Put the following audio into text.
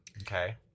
Okay